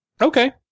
Okay